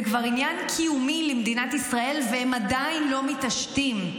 זה כבר עניין קיומי למדינת ישראל והם עדיין לא מתעשתים,